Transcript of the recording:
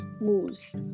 moves